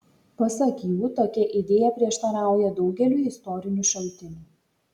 pasak jų tokia idėja prieštarauja daugeliui istorinių šaltinių